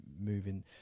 moving